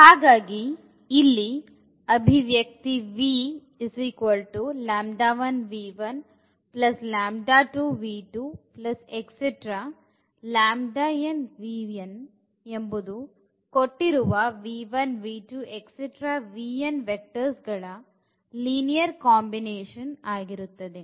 ಹಾಗಾಗಿ ಇಲ್ಲಿ ಅಭಿವ್ಯಕ್ತಿv ಕೊಟ್ಟಿರುವ ವೆಕ್ಟರ್ಸ್ ಗಳ ಲೀನಿಯರ್ ಕಾಂಬಿನೇಶನ್ ಆಗಿರುತ್ತದೆ